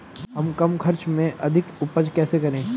हम कम खर्च में अधिक उपज कैसे करें?